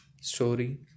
story